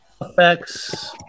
effects